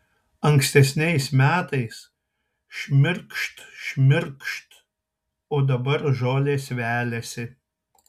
ankstesniais metais šmirkšt šmirkšt o dabar žolės veliasi